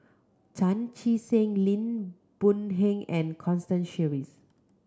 Chan Chee Seng Lim Boon Heng and Constance Sheares